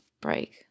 break